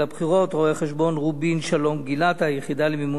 רואה-חשבון גילת רובין-שלום מהיחידה למימון בחירות,